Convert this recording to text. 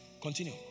Continue